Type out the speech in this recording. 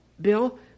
Bill